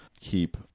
keep